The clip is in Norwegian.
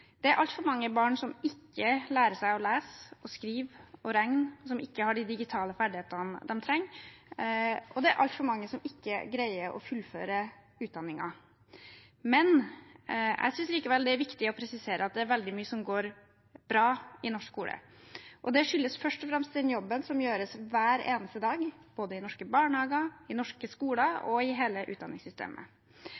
Det er altfor mange barn som ikke lærer seg å lese, skrive og regne, og som ikke har de digitale ferdighetene de trenger, og det er altfor mange som ikke greier å fullføre utdanningen. Likevel synes jeg det er viktig å presisere at det er veldig mye som går bra i norsk skole. Det skyldes først og fremst den jobben som gjøres hver eneste dag, både i norske barnehager, i norske skoler